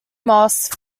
moss